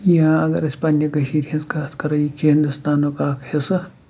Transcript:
یا اگر أسۍ پنٛنہِ کٔشیٖرِ ہِنٛز کَتھ کَرو یہِ تہِ چھِ ہِندوستانُک اَکھ حِصہٕ